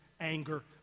anger